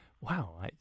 wow